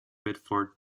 biddeford